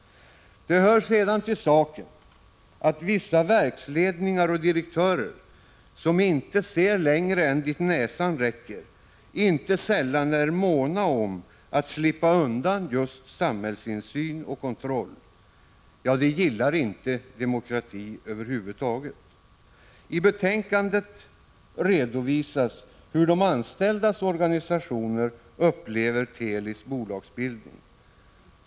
Det hör till saken att vissa verksledningar och direktörer, som inte ser längre än dit näsan räcker, inte sällan är måna om att slippa undan just samhällsinsyn och kontroll — ja, de gillar inte demokratin över huvud taget. I betänkandet redovisas hur de anställdas organisationer upplever Telis bolagsbildning.